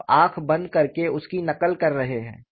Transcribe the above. आप आँख बंद करके उसकी नकल कर रहे हैं